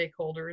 stakeholders